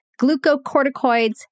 glucocorticoids